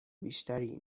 بیشتری